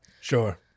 Sure